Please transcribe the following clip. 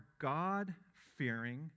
God-fearing